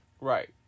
Right